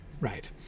right